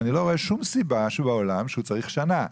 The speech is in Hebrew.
איני רואה סיבה שצריך שנה.